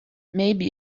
maybe